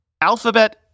Alphabet